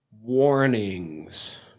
Warnings